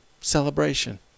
celebration